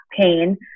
pain